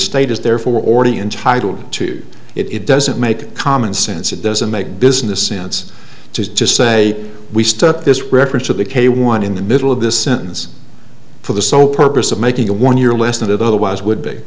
estate is therefore already entitle to it doesn't make common sense it doesn't make business sense to just say we start this reference of the k one in the middle of this sentence for the sole purpose of making a one year less than it otherwise would be